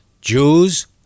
Jews